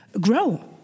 grow